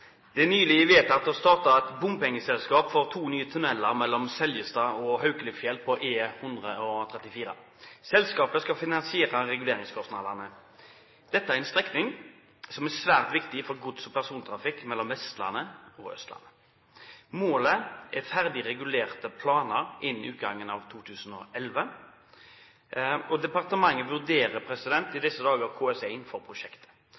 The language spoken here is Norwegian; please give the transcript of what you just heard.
det. Disse spørsmålene er utsatt til neste spørretime. «Det er nylig vedtatt å starte bompengeselskap for to nye tunneler mellom Seljestad og Haukelifjell på E134. Selskapet skal finansiere reguleringskostnadene. Dette er en strekning som er svært viktig for gods- og persontrafikk mellom Vestlandet og Østlandet. Målet er ferdig regulerte planer innen utgangen av 2011. Departementet vurderer i disse dager KS1 for prosjektet.